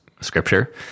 scripture